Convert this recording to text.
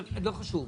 לא חשוב.